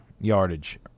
yardage